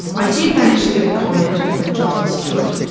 i did manage to get a comment from john stuart.